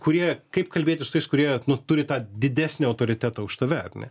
kurie kaip kalbėtis su tais kurie nu turi tą didesnį autoritetą už tave ar ne